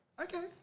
okay